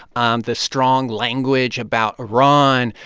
um the strong language about iran,